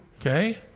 Okay